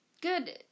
good